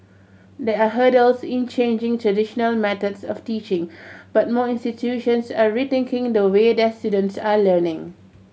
there are hurdles in changing traditional methods of teaching but more institutions are rethinking the way their students are learning